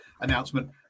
announcement